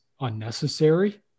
unnecessary